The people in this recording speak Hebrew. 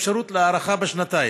עם אפשרות להארכה בשנתיים.